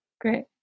Great